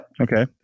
Okay